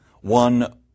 one